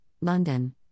London